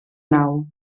nau